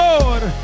Lord